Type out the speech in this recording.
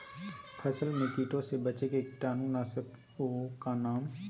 फसल में कीटों से बचे के कीटाणु नाशक ओं का नाम?